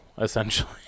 essentially